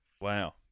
Wow